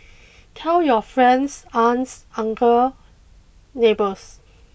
tell your friends aunts uncles neighbours